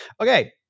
Okay